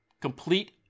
Complete